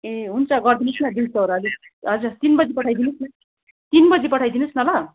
ए हुन्छ गरिदिनु होस् न दुई सयवटा हजुर तिन बजी पठाइदिनु होस् न तिन बजी पठाइदिनु होस् न ल